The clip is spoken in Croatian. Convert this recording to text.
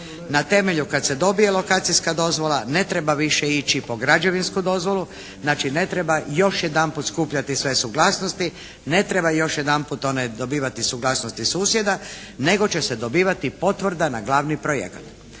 na temelju kad se dobije lokacijska dozvola. Ne treba više ići po građevinsku dozvolu. Znači ne treba još jedanput skupljati sve suglasnosti. Ne treba još jedanput dobivati suglasnosti susjeda nego će se dobivati potvrda na glavni projekat.